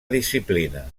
disciplina